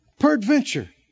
Peradventure